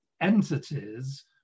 entities